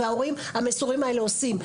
וההורים המסורים האלה עושים.